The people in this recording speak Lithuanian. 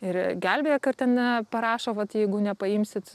ir gelbėję kar ten ne parašo vat jeigu nepaimsit